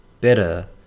better